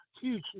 huge